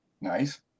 Nice